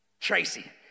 Tracy